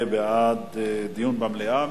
יהיה בעד דיון במליאה,